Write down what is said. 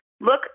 Look